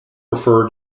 refer